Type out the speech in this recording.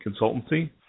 consultancy